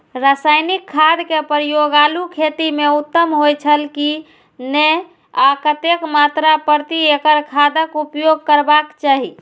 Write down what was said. रासायनिक खाद के प्रयोग आलू खेती में उत्तम होय छल की नेय आ कतेक मात्रा प्रति एकड़ खादक उपयोग करबाक चाहि?